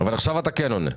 אבל עכשיו אתה כן עונה.